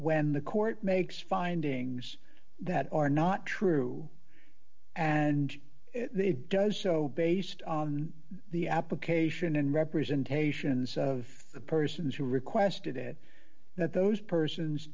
when the court makes findings that are not true and it does so based on the application and representations of the persons who requested it that those persons